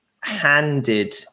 handed